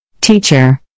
Teacher